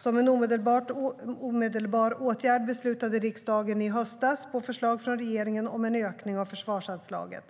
Som en omedelbar åtgärd beslutade riksdagen i höstas på förslag från regeringen om en ökning av försvarsanslaget.